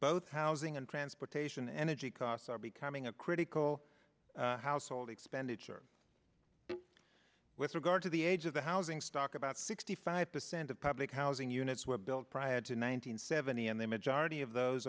both housing and transportation energy costs are becoming a critical household expenditure with regard to the age of the housing stock about sixty five percent of public housing units were built prior to nine hundred seventy and the majority of those